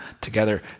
together